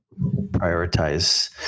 prioritize